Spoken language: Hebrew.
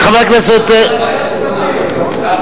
ועדה זה בתנאי ששר האוצר